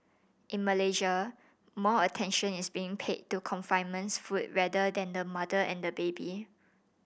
in Malaysia more attention is being paid to confinement foods rather than the mother and baby